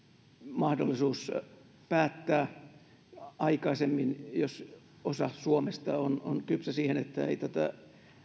mahdollisuus päättää aikaisemmin jos osa suomesta on on kypsä siihen että ei tätä